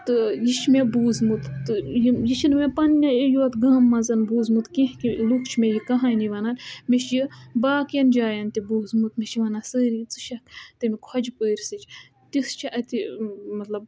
تہٕ یہِ چھُ مےٚ بوٗزمُت تہٕ یِم یہِ چھُنہٕ مےٚ پنٛنے یوت گامہٕ منٛز بوٗزمُت کینٛہہ کہِ لُکھ چھِ مےٚ یہِ کَہانی وَنان مےٚ چھِ یہِ باقٕیَن جایَن تہِ بوٗزمُت مےٚ چھِ وَنان سٲری ژٕ چھَکھ تَمہِ خۄجہِ پٲرسٕچ تِژھ چھِ اَتہِ مطلب